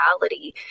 reality